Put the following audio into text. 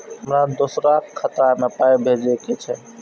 हमरा दोसराक खाता मे पाय भेजे के छै?